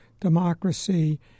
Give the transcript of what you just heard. democracy